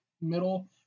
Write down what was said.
middle